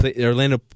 Orlando